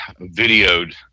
videoed